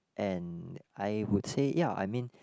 and I would say ya I mean